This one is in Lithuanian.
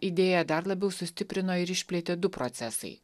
idėją dar labiau sustiprino ir išplėtė du procesai